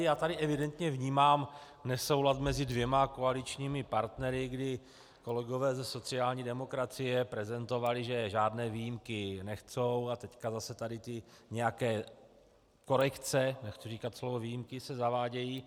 Já tady evidentně vnímám nesoulad mezi dvěma koaličními partnery, kdy kolegové ze sociální demokracie prezentovali, že žádné výjimky nechtějí, a teďka zase tady ty nějaké korekce, nechci říkat slovo výjimky, se zavádějí.